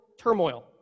turmoil